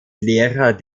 lehrer